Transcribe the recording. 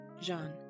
Jean